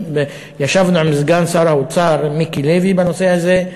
ישבנו עם סגן שר האוצר מיקי לוי בנושא הזה,